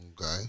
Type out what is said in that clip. Okay